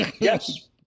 yes